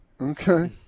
Okay